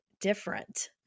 different